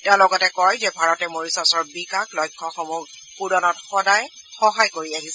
তেওঁ লগতে কয় যে ভাৰতে মৰিছাছৰ বিকাশ লক্ষ্যসমূহ পুৰণত সদায় সহায় কৰি আহিছে